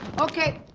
okay!